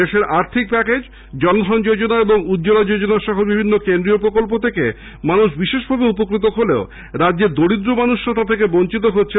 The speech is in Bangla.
দেশের আর্থিক প্যাকেজ জনধন যোজনা ও উজ্জ্বলা যোজনা সহ বিভিন্ন কেন্দ্রীয় প্রকল্প থেকে দেশের মানুষ বিশেষভাবে উপকৃত হলেও রাজ্যের দরিদ্র কৃষকরা তা থেকে বঞ্চিত হচ্ছেন